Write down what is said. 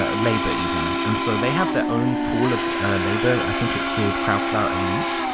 ah labor even. and so they have their own pool of labor. i think it's called crowdflower elite,